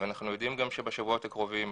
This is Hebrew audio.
ואנחנו יודעים גם שבשבועות הקרובים